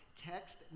text